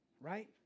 right